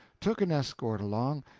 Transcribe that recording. took an escort along,